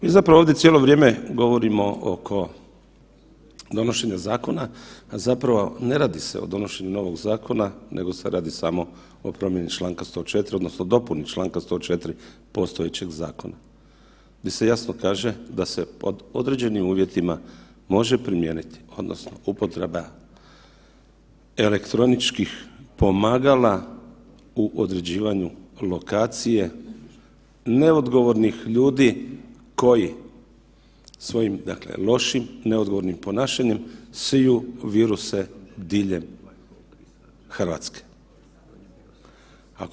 Mi zapravo ovdje cijelo vrijeme govorimo oko donošenja zakona, a zapravo ne radi se o donošenju novog zakona, nego se radi samo o promjeni čl. 104. odnosno dopuni čl. 104. postojećeg zakona di se jasno kaže da se pod određenim uvjetima može primijeniti, odnosno upotreba elektroničkih pomagala u određivanju lokacije neodgovornih ljudi koji svojim dakle, lošim neodgovornim ponašanjem siju viruse diljem Hrvatske.